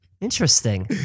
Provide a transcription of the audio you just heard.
interesting